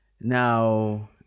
now